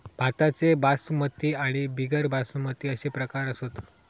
भाताचे बासमती आणि बिगर बासमती अशे प्रकार असत